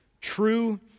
true